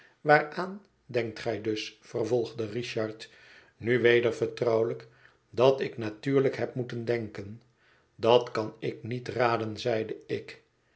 waaraan denkt gij dus vervolgde richard nu weder vertrouwelijk dat ik natuurlijk heb moeten denken dat kan ik niet raden zeide ik